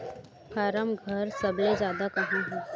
form घर सबले जादा कहां हे